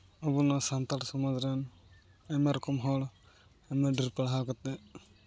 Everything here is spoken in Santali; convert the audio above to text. ᱟᱵᱚ ᱱᱚᱣᱟ ᱥᱟᱱᱛᱟᱲ ᱥᱚᱢᱟᱡᱽ ᱨᱮᱱ ᱟᱭᱢᱟ ᱨᱚᱠᱚᱢ ᱦᱚᱲ ᱟᱭᱢᱟ ᱰᱷᱮᱨ ᱯᱟᱲᱦᱟᱣ ᱠᱟᱛᱮᱫ